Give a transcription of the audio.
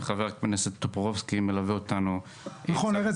וחבר הכנסת טופורובסקי מלווה אותנו --- ארז,